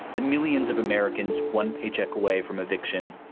the millions of americans, one paycheck away from eviction,